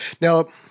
Now